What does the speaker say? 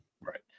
Right